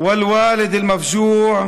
לאימא מוכת היגון ולאב מוכה היגון,